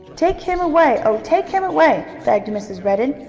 take him away! oh, take him away! begged mrs. redden.